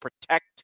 protect